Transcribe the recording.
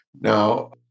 Now